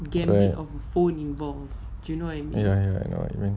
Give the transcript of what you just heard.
oh ya ya ya ya ya